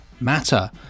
matter